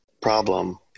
problem